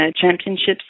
championships